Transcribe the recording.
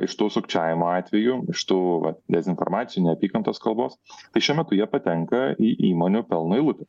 iš tų sukčiavimo atvejų iš tų vat dezinformacijų neapykantos kalbos tai šiuo metu jie patenka į įmonių pelno eilutę